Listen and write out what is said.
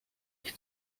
ich